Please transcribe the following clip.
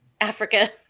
Africa